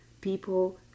people